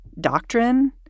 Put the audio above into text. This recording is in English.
doctrine